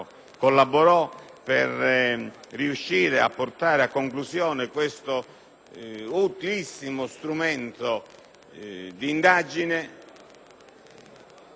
Grazie.